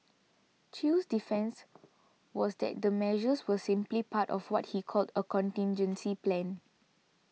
Chew's defence was that the measures were simply part of what he called a contingency plan